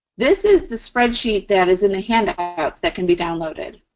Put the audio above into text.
this is the spreadsheet that is in the handouts that can be downloaded.